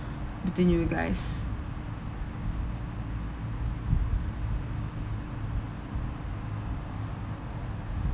between you guys